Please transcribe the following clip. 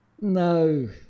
No